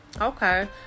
okay